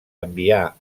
envià